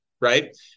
right